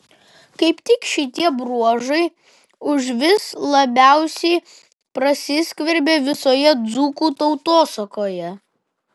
kaip tik šitie bruožai užvis labiausiai prasiskverbia visoje dzūkų tautosakoje